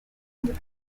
meaux